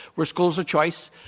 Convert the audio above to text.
we're schools of choice.